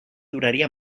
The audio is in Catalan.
duraria